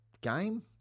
game